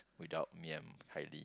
without me and kylie